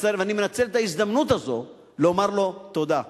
ואני מנצל את ההזדמנות הזאת לומר לו תודה.